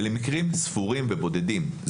אלה מקרים ספורים ובודדים.